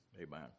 Amen